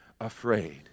afraid